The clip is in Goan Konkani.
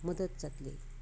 मदत जातली